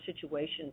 situation